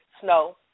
snow